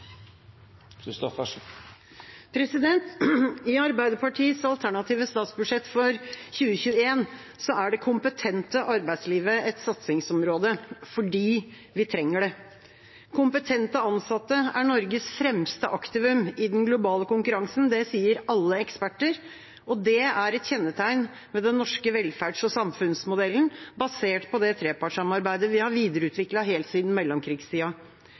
støtte. I Arbeiderpartiets alternative statsbudsjett for 2021 er det kompetente arbeidslivet et satsingsområde – fordi vi trenger det. Kompetente ansatte er Norges fremste aktivum i den globale konkurransen. Det sier alle eksperter, det er et kjennetegn ved den norske velferds- og samfunnsmodellen, basert på det trepartssamarbeidet vi har